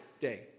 day